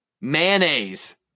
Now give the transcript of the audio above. Mayonnaise